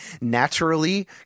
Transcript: naturally